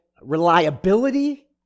reliability